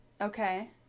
Okay